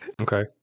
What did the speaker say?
Okay